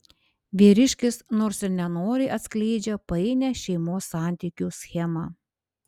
vyriškis nors ir nenoriai atskleidžia painią šeimos santykių schemą